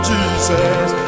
Jesus